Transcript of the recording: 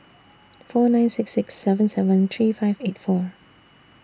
four nine six six seven seven three five eight four